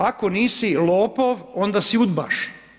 Ako nisi lopov, onda si udbaš.